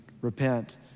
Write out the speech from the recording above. Repent